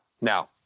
now